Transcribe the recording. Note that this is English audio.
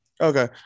Okay